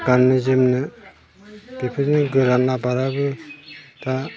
गाननो जोमनो बेफोरजोंनो गोरान आबादाबो दा